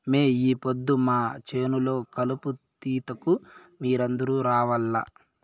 మే ఈ పొద్దు మా చేను లో కలుపు తీతకు మీరందరూ రావాల్లా